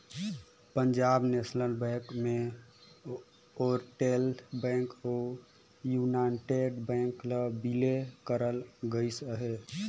Punjab National Bank में Oriental Bank अउ United Bank ल बिले करल गइस अहे